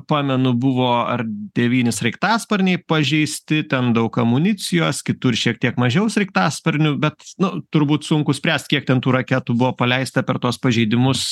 pamenu buvo ar devyni sraigtasparniai pažeisti ten daug amunicijos kitur šiek tiek mažiau sraigtasparnių bet nu turbūt sunku spręst kiek ten tų raketų buvo paleista per tuos pažeidimus